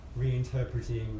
reinterpreting